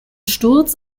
sturz